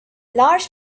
large